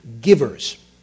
givers